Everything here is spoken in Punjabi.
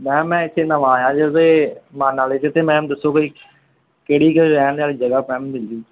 ਮੈਮ ਮੈਂ ਇੱਥੇ ਨਵਾਂ ਆਇਆ ਜੀ ਉਰੇ ਅਤੇ ਮੈਮ ਦੱਸੋ ਕੋਈ ਕਿਹੜੀ ਰਹਿਣ ਵਾਲੀ ਜਗ੍ਹਾ ਮੈਮ ਮਿਲ ਜੇਗੀ